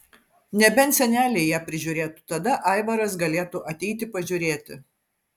nebent seneliai ją prižiūrėtų tada aivaras galėtų ateiti pažiūrėti